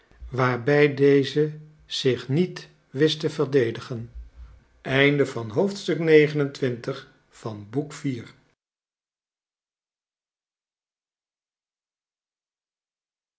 waarbij deze zich niet wist te verdedigen